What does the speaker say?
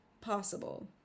possible